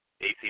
AC